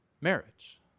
marriage